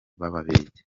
b’ababiligi